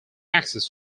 access